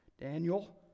Daniel